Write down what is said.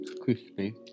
crispy